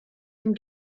dem